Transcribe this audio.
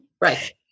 Right